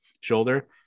shoulder